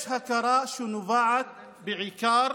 יש הכרה שנובעת בעיקר